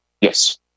yes